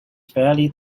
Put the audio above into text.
fairly